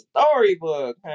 storybook